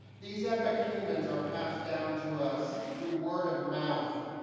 these epic humans are passed down to us through word of mouth,